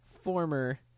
former